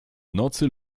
nocy